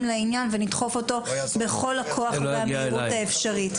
לעניין ונדחוף אותו בכל הכוח והמהירות האפשרות.